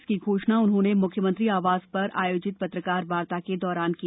इसकी घोषणा उन्होंने मुख्यमंत्री आवास पर आयोजित पत्रकार वार्ता के दौरान की